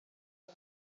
who